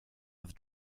have